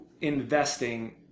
investing